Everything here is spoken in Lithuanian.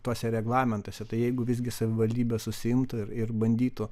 tuose reglamentuose tai jeigu visgi savivaldybė susiimtų ir ir bandytų